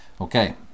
okay